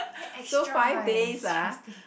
damn extra eh seriously